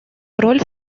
роль